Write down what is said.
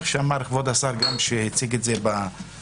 כמו שאמר כבוד השר כשהציג את זה במליאה,